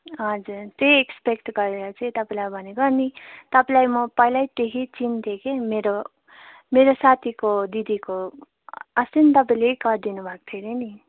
हजुर त्यही एक्स्पेक्ट गरेर चाहिँ तपाईँलाई भनेको अनि तपाईँलाई म पहिल्यैदेखि चिन्थेँ कि मेरो मेरो साथीको दिदीको अस्ति नै तपाईँले गरिदिनु भएको थियो हरे नि